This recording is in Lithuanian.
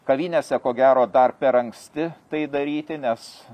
kavinėse ko gero dar per anksti tai daryti nes